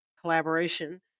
collaboration